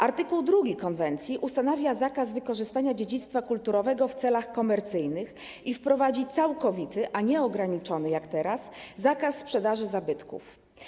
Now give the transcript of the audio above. Art. 2 konwencji ustanawia zakaz wykorzystania dziedzictwa kulturowego w celach komercyjnych i wprowadzi całkowity, a nie ograniczony jak teraz, zakaz sprzedaży zabytków.